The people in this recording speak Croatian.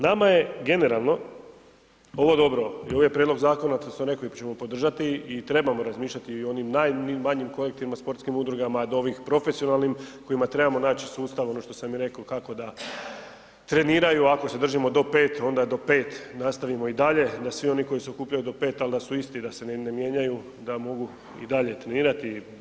Nama je generalno ovo dobro i ovaj prijedlog zakona, to sam rekao ćemo podržati i trebamo razmišljati i o onim najmanjim kolektivima, sportskim udrugama do ovih profesionalnih kojima trebamo naći sustav, ono što sam i rekao kako da treniraju ako se držimo do 5 onda do 5 nastavimo i dalje da svi oni koji se okupljaju do 5, ali da su isti da se ne mijenjaju da mogu i dalje trenirati.